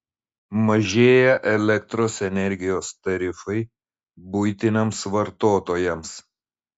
mažėja elektros energijos tarifai buitiniams vartotojams